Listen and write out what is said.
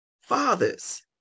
fathers